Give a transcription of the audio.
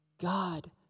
God